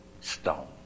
stone